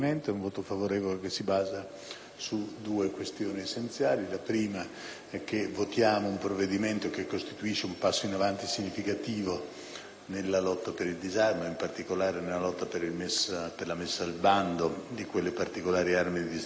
nella lotta per il disarmo, soprattutto nella lotta per la messa al bando di quelle particolari armi di distruzione di massa rappresentate dalle armi chimiche; in secondo luogo, si tratta di un passo in avanti nella costruzione